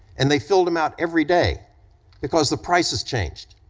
and they filled them out every day because the prices changed,